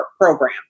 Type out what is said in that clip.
program